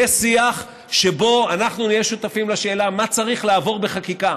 יהיה שיח שבו אנחנו נהיה שותפים לשאלה: מה צריך לעבור בחקיקה